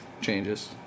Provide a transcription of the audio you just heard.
changes